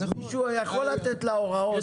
אז מישהו יכול לתת לה הוראות,